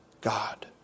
God